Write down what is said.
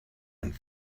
and